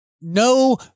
No